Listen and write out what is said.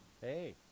Hey